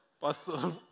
Pastor